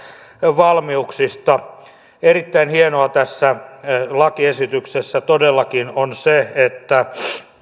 valmiuksista erittäin hienoa tässä lakiesityksessä todellakin on se että